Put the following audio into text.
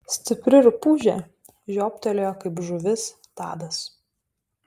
stipri rupūžė žiobtelėjo kaip žuvis tadas